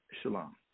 shalom